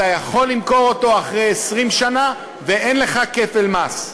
אתה יכול למכור אותו אחרי 20 שנה, ואין לך כפל מס.